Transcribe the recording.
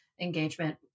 engagement